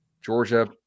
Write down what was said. Georgia